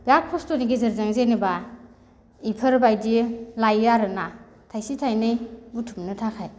बिराद खस्थ'नि गेजेरजों जेनेबा बेफोरबायदि लायो आरोना थाइसे थाइनै बुथुमनो थाखाय